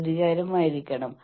സമ്മർദ്ദത്തിന്റെ മാതൃക നോക്കാം